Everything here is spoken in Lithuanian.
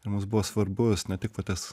ir mums buvo svarbus ne tik va tas